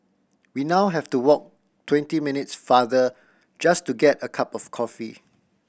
we now have to walk twenty minutes farther just to get a cup of coffee